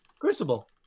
Crucible